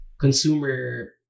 consumer